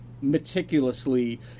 meticulously